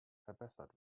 verbessert